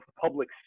public